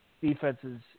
defenses